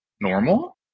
normal